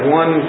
one